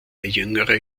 jüngere